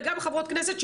וגם חברות כנסת,